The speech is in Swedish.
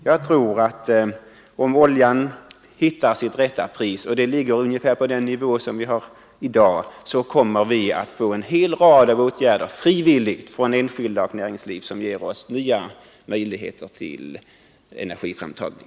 Jag tror att om oljan hittar sitt rätta pris — och det ligger ungefär på den nivå vi har i dag — kommer vi att få en hel rad av åtgärder frivilligt från enskilda och näringsliv som ger möjligheter till alternativ energiframtagning.